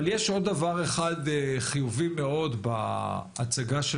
אבל יש עוד דבר אחד חיובי מאוד בהצגה של